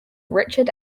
richard